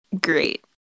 great